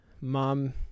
mom